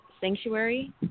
sanctuary